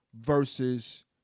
versus